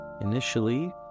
Initially